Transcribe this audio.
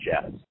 jazz